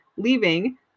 leaving